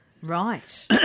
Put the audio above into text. Right